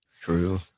True